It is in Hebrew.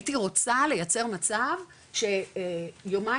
הייתי רוצה לייצר מצב שיומיים-שלושה